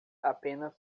apenas